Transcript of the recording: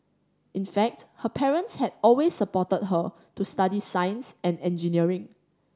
in fact her parents had always supported her to study science and engineering